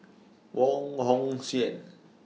Wong Hong Suen